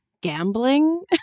gambling